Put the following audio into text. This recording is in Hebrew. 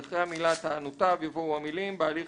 אחרי המילה "טענותיו" יבואו המילים "בהליך